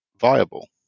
viable